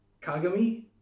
Kagami